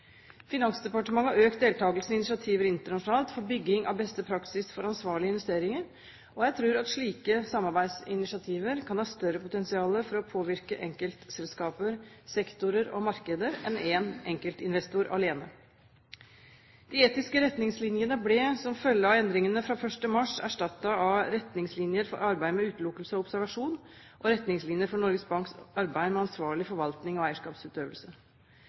Finansdepartementet har økt deltakelsen i initiativer internasjonalt for bygging av beste praksis for ansvarlige investeringer, og jeg tror at slike samarbeidsinitiativer kan ha større potensial for å påvirke enkeltselskaper, sektorer og markeder enn en enkeltinvestor alene. De etiske retningslinjene ble som følge av endringene fra 1. mars erstattet av «retningslinjer for arbeidet med utelukkelse og observasjon», og «retningslinjer for Norges Banks arbeid med ansvarlig forvaltning og eierskapsutøvelse».